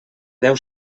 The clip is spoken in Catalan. deu